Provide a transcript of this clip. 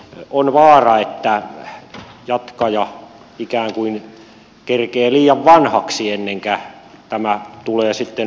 on vaara että jatkaja ikään kuin kerkeää liian vanhaksi ennen kuin tämä tulee mahdolliseksi